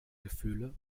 gefühle